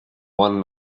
one